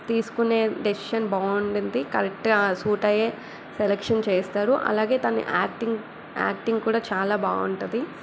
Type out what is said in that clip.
తీసుకునే డెసిషన్ బావుండిద్ది కరెక్ట్గా సూట్ అయ్యే సెలెక్షన్ చేస్తారు అలాగే తన యాక్టింగ్ యాక్టింగ్ కూడా చాలా బాగుంటుంది